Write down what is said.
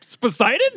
Poseidon